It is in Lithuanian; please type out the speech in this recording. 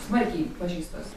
smarkiai pažeistas